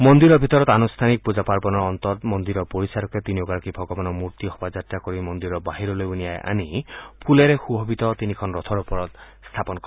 মন্দিৰৰ ভিতৰত আনুষ্ঠানিক পূজা পাৰ্বনৰ অন্তত মন্দিৰৰ পৰিচাৰকে তিনিওগৰাকী ভগৱানৰ মূৰ্তি শোভাযাত্ৰা কৰি মন্দিৰ বাহিৰলৈ উলিয়াই আনি ফুলেৰে শুশোভিত তিনিখন ৰথৰ ওপৰত স্থাপন কৰে